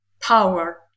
power